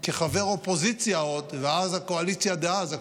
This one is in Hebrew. עוד כחבר אופוזיציה, ואז הקואליציה דאז,